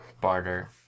barter